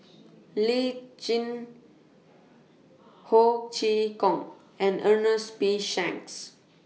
Lee Tjin Ho Chee Kong and Ernest P Shanks